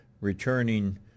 returning